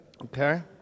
Okay